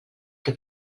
que